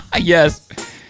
Yes